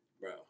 Bro